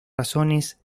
razones